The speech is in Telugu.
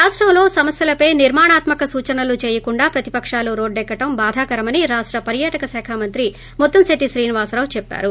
రాష్టంలో సమస్యలపై నిర్మాణాత్మక సూచనలు చేయకుండా ప్రతిపకాలు రోడ్లక్కడడం బాధాకరమని రాష్ట పర్యాటక శాఖ మంత్రి ముత్తంశెట్లి శ్రీనివాసరావు చెప్పారు